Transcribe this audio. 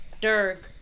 Dirk